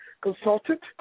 consultant